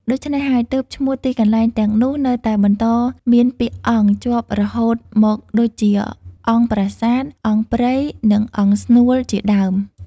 ដូច្នេះហើយ ទើបឈ្មោះទីកន្លែងទាំងនោះនៅតែបន្តមានពាក្យ "អង្គ" ជាប់រហូតមក ដូចជា អង្គប្រាសាទ អង្គប្រិយ និងអង្គស្នួល ជាដើម។